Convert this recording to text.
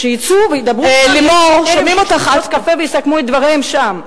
שיצאו וידברו שם ויסכמו את דבריהם שם.